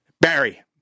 Barry